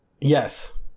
Yes